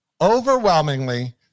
Overwhelmingly